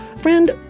Friend